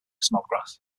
snodgrass